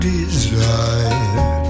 desire